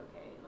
okay